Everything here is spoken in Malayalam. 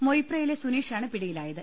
മൊയിപ്രയിലെ സുനീഷാണ് പിടിയിലായത്